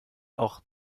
auch